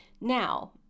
Now